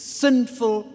sinful